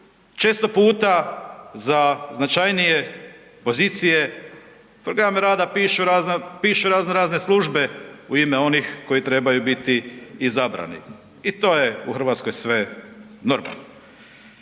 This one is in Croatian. često puta za značajnije pozicije, program rada pišu raznorazne službe u ime onih koji trebaju niti izabrani i to je u Hrvatskoj sve normalno.